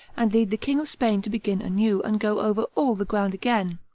and lead the king of spain to begin anew, and go over all the ground again.